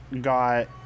got